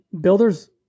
builders